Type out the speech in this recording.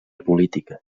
política